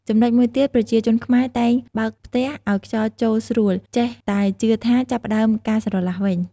ចំណុចមួយទៀតប្រជាជនខ្មែរតែងបើកផ្ទះ ឲ្យខ្យល់ចូលស្រួល ចេះតែជឿថាចាប់ផ្ដើមការស្រឡះវិញ។